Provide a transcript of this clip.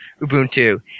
Ubuntu